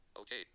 Okay